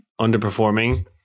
underperforming